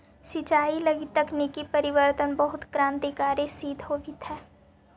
सिंचाई लगी तकनीकी परिवर्तन बहुत क्रान्तिकारी सिद्ध होवित हइ